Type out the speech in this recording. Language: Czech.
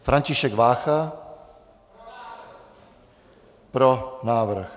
František Vácha: Pro návrh.